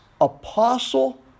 apostle